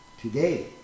today